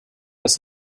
das